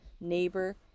neighbor